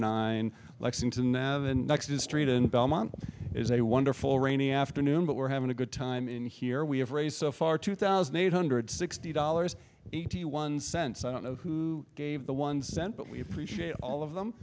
nine lexington avenue next is street in belmont is a wonderful rainy afternoon but we're having a good time in here we have raised so far two thousand eight hundred sixty dollars eighty one cents i don't know who gave the one cent but we appreciate all of them